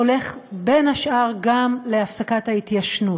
הולך, בין השאר, גם להפסקת ההתיישנות.